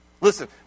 Listen